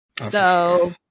So-